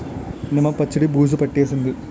నిమ్మ పచ్చడి బూజు పట్టేసింది